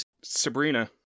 Sabrina